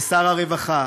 לשר הרווחה,